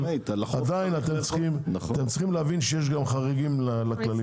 אבל עדיין אתם צריכים להבין שיש גם חריגים לכללים האלו.